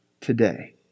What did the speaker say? today